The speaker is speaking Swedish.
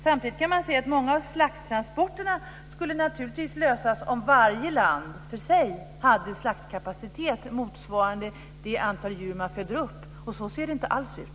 Samtidigt kan man se att många av slakttransporterna naturligtvis skulle lösas om varje land för sig hade slaktkapacitet motsvarande det antal djur man föder upp, och så ser det inte alls ut.